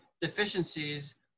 deficiencies